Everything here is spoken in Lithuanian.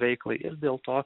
veiklai ir dėl to